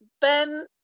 ben